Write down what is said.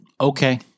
okay